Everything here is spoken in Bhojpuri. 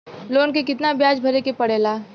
लोन के कितना ब्याज भरे के पड़े ला?